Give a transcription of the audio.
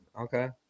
Okay